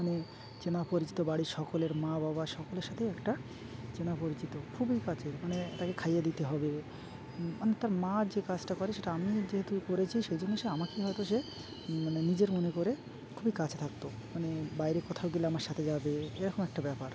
মানে চেনা পরিচিত বাড়ির সকলের মা বাবা সকলের সাথেই একটা চেনা পরিচিত খুবই কাজের মানে তাকে খাইয়ে দিতে হবে মানে তার মা যে কাজটা করে সেটা আমি যেহেতু করেছি সেই জিনিস আমাকেই হয়তো সে মানে নিজের মনে করে খুবই কাছে থাকতো মানে বাইরে কোথাও গেলে আমার সাথে যাবে এরকম একটা ব্যাপার